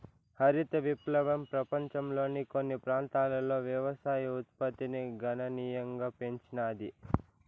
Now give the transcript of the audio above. హరిత విప్లవం పపంచంలోని కొన్ని ప్రాంతాలలో వ్యవసాయ ఉత్పత్తిని గణనీయంగా పెంచినాది